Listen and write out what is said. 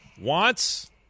wants –